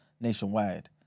nationwide